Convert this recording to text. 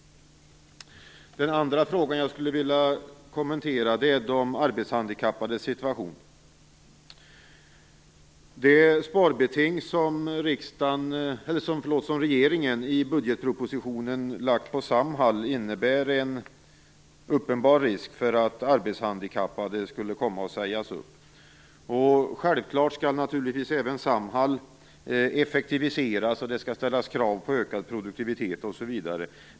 Det andra område jag skulle vilja kommentera, är de arbetshandikappades situation. Det sparbeting som regeringen i budgetpropositionen lagt på Samhall innebär en uppenbar risk att arbetshandikappade sägs upp. Självklart skall även Samhall effektiviseras, och det skall ställas krav på ökad produktivitet osv.